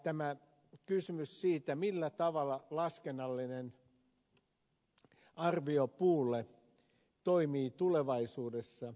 tämä kysymys millä tavalla laskennallinen arvio puulle toimii tulevaisuudessa